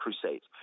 crusades